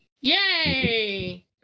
Yay